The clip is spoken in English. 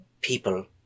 people